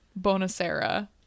Bonacera